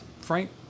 Frank